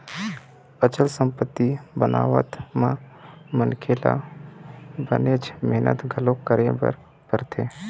अचल संपत्ति बनावत म मनखे ल बनेच मेहनत घलोक करे बर परथे